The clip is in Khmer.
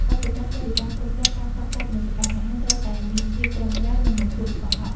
បទប្បញ្ញត្តិស្ដីពីការគ្រប់គ្រងការផ្សព្វផ្សាយពាណិជ្ជកម្មអាហារត្រូវតែមានភាពត្រឹមត្រូវ និងមិនភូតកុហក។